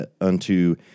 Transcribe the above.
unto